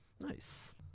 Nice